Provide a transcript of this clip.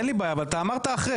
אין לי בעיה, אבל אתה אמרת אחרי.